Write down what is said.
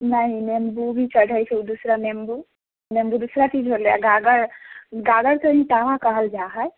नहि नेम्बू भी चढ़ैत छै दूसरा नेम्बू नेम्बू दूसरा चीज भेलै आओर गागर गागरके ही टाबा कहल जाइत हइ